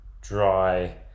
dry